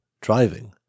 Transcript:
driving